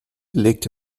legte